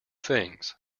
things